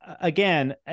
again